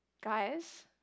Guys